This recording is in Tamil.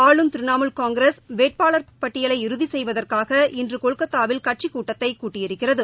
ஆளும் திரிணாமூல் காங்கிரஸ் வேட்பாளர் பட்டியலை இறுதி செய்வதற்காக இன்று கொல்கத்தாவில் கட்சிக் கூட்டத்தை கூட்டியிருக்கிறது